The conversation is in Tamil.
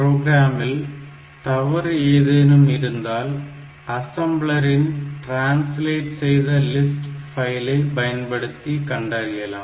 ப்ரோக்ராம் இல் தவறு ஏதேனும் இருந்தால் அசம்ளரின் ட்ரான்ஸ்லேட் செய்த லிஸ்ட் பைலை பயன்படுத்தி கண்டறியலாம்